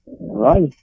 Right